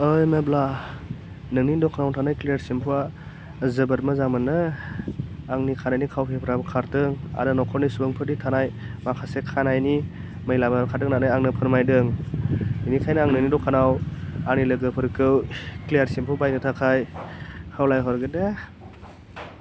ओइ मेब्ला नोंनि दखानाव थानाय क्लियार सेम्पुआ जोबोद मोजांमोननो आंनि खानायनि खावफिफ्राबो खारदों आरो न'खरनि सुबुंफोरनि थानाय माखासे खानायनि मैलाफ्राबो खारदों होननानै आंनो फोरमायदों बिनिखायनो आं नोंनि दखानाव आंनि लोगोफोरखौ क्लियार सेम्पु बायनो थाखाय खावलायहरगोनदे